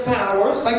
powers